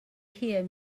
hear